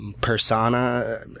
persona